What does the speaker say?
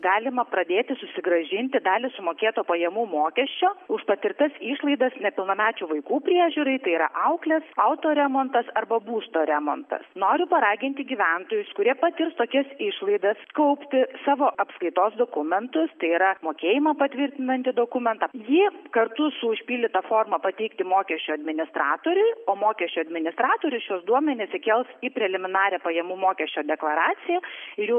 galima pradėti susigrąžinti dalį sumokėto pajamų mokesčio už patirtas išlaidas nepilnamečių vaikų priežiūrai tai yra auklės autoremontas arba būsto remontas noriu paraginti gyventojus kurie patirs tokias išlaidas kaupti savo apskaitos dokumentus tai yra mokėjimą patvirtinantį dokumentą jį kartu su užpildyta forma pateikti mokesčių administratoriui o mokesčių administratorius šiuos duomenis įkels į preliminarią pajamų mokesčio deklaraciją ir jau